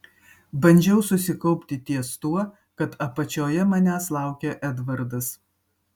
bandžiau susikaupti ties tuo kad apačioje manęs laukė edvardas